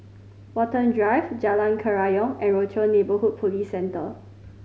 Watten Drive Jalan Kerayong and Rochor Neighborhood Police Centre